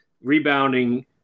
rebounding